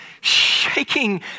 shaking